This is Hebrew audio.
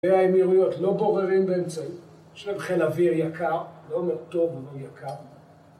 והאמירויות לא בוררים באמצעים. יש להם חיל אוויר יקר, לא מאוד טוב אבל יקר